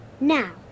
Now